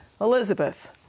Elizabeth